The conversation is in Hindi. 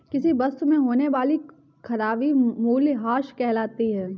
किसी वस्तु में होने वाली खराबी मूल्यह्रास कहलाती है